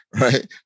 Right